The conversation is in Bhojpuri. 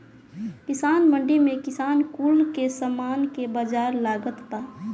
किसान मंडी में किसान कुल के सामान के बाजार लागता बा